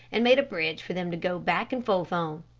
and made a bridge for them to go back and forth on.